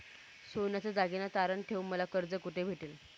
सोन्याचे दागिने तारण ठेवून मला कर्ज कुठे भेटेल?